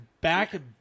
back